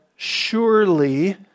surely